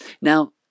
Now